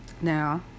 Now